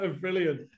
Brilliant